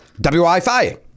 W-I-Fi